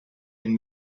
une